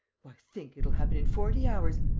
why, think, it'll happen in forty hours!